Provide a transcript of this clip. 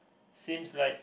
seems like